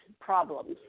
problems